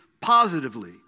positively